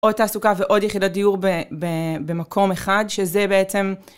עוד תעסוקה ועוד יחידת דיור במקום אחד שזה בעצם...